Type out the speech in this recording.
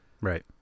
Right